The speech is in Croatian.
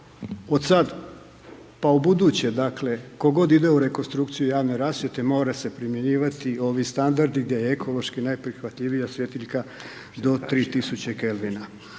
od sad, pa ubuduće, dakle, tko god ide u rekonstrukciju javne rasvjete, mora se primjenjivati ovi standardi gdje je ekološki najprihvatljivija svjetiljka do 3000